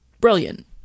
brilliant